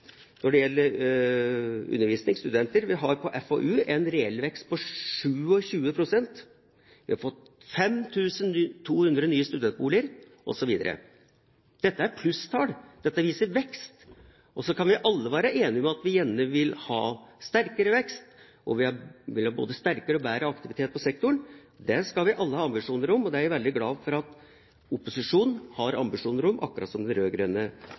når det gjelder undervisning og studenter, vi har en reell vekst på FoU på 27 pst., vi har fått 5 200 nye studentboliger osv. Dette er plusstall, dette viser vekst. Og så kan vi alle være enige om at vi gjerne vil ha sterkere vekst, og vi vil ha både sterkere og bedre aktivitet på sektoren. Det skal vi alle ha ambisjoner om, og det er jeg veldig glad for at opposisjonen har ambisjoner om, akkurat som den